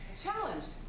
Challenged